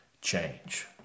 change